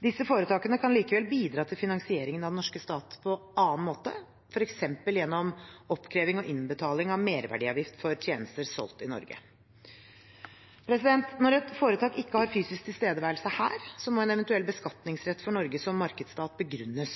Disse foretakene kan likevel bidra til finansieringen av den norske stat på annen måte, f.eks. gjennom oppkreving og innbetaling av merverdiavgift for tjenester solgt i Norge. Når et foretak ikke har fysisk tilstedeværelse her, må en eventuell beskatningsrett for Norge som markedsstat begrunnes.